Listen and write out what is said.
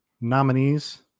nominees